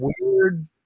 weird